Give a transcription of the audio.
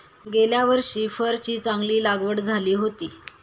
गेल्या वर्षी फरची चांगली लागवड झाली होती